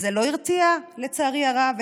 לצערי הרב,